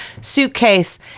suitcase